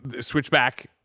Switchback